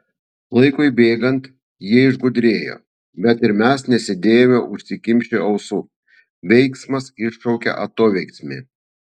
laikui bėgant jie išgudrėjo bet ir mes nesėdėjome užsikimšę ausų veiksmas iššaukia atoveiksmį